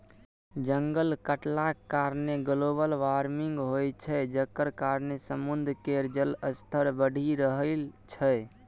जंगल कटलाक कारणेँ ग्लोबल बार्मिंग होइ छै जकर कारणेँ समुद्र केर जलस्तर बढ़ि रहल छै